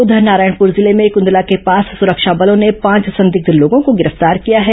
उधर नारायणपुर जिले में कुंदला के पास सुरक्षा बलों ने पांच संदिग्ध लोगों को गिरफ्तार किया है